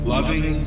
Loving